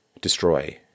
destroy